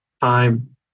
time